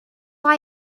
are